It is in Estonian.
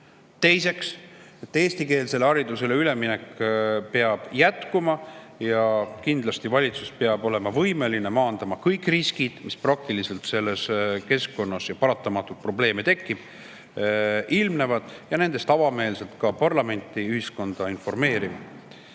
Teiseks, eestikeelsele haridusele üleminek peab jätkuma ja kindlasti valitsus peab olema võimeline maandama kõik riskid, mis praktiliselt selles keskkonnas – ja paratamatult probleeme tekib – ilmnevad, ja nendest avameelselt ka parlamenti ja ühiskonda informeerima.